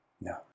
No